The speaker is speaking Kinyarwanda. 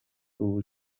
ubu